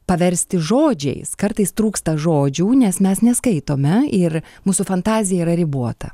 paversti žodžiais kartais trūksta žodžių nes mes neskaitome ir mūsų fantazija yra ribota